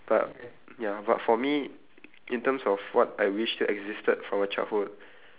but ya but for me i~ in terms of what I wish still existed from my childhood